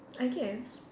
I guess